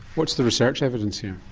what's the research evidence here?